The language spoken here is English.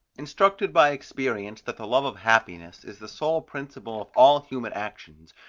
instructed by experience that the love of happiness is the sole principle of all human actions,